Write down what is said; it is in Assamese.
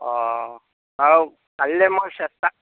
অঁ বাৰু কালিলৈ মই চেষ্টা